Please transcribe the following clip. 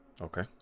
okay